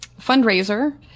fundraiser